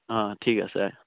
অঁ ঠিক আছে